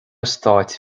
stáit